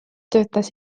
töötas